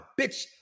bitch